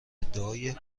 ادعای